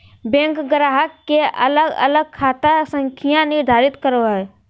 bank ग्राहक के अलग अलग खाता संख्या निर्धारित करो हइ